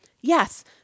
yes